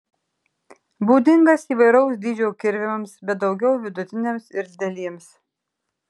būdingas įvairaus dydžio kirviams bet daugiau vidutiniams ir dideliems